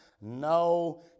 No